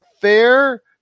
fair